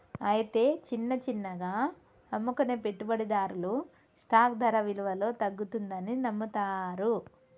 అయితే చిన్న చిన్నగా అమ్ముకునే పెట్టుబడిదారులు స్టాక్ ధర విలువలో తగ్గుతుందని నమ్ముతారు